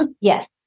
Yes